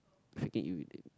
freaking irritating